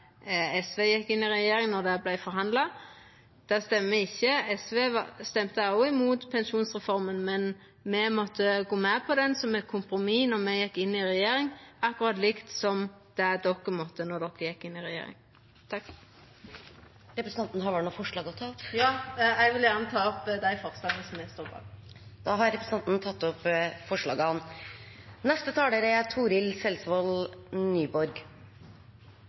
SV gjekk inn i regjering, vart forhandla fram. Det stemmer ikkje, SV stemte òg imot pensjonsreforma, men me måtte gå med på ho som eit kompromiss då me gjekk inn i regjering, akkurat som Framstegspartiet måtte då dei gjekk inn i regjering. Eg vil gjerne ta opp dei forslaga SV står bak. Da har representanten Solfrid Lerbrekk tatt opp